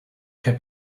can